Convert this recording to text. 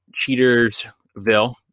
Cheatersville